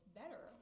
better